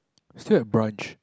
still at branch